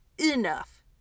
enough